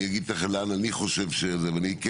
ואני אגיד לכם לאן אני חושב,